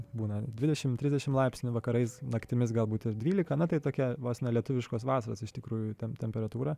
būna dvidešimt trisdešimt laipsnių vakarais naktimis galbūt ir dvylika na tai tokia vos ne lietuviškos vasaros iš tikrųjų ten temperatūra